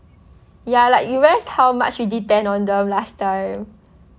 ya like you realise how much we depend on them last time